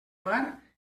mar